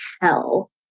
hell